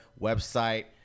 website